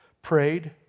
prayed